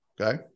Okay